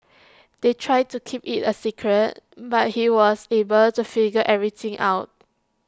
they tried to keep IT A secret but he was able to figure everything out